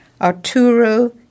Arturo